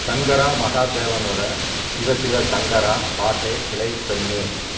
சங்கர் மகா தேவனோட சிவ சிவ சங்கரா பாட்டைப் ப்ளே பண்ணு